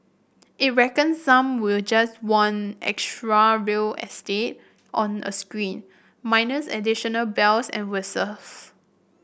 it reckons some will just want extra real estate on a screen minus additional bells and whistles